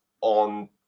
on